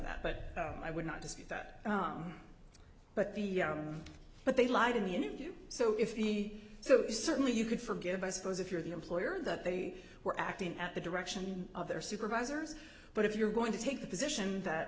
that but i would not dispute that but the but they lied in the interview so if he so certainly you could forgive i suppose if you're the employer that they were acting at the direction of their supervisors but if you're going to take the position that